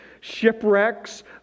shipwrecks